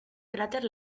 cràter